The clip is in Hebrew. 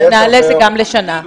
נעל"ה זה גם לשנה.